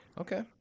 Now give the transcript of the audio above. Okay